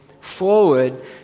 forward